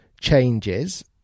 changes